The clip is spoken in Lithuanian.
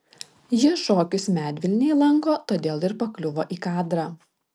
ji šokius medvilnėj lanko todėl ir pakliuvo į kadrą